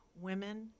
women